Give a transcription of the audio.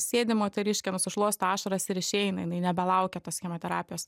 sėdi moteriškė nusišluosto ašaras ir išeina jinai nebelaukia tos chemoterapijos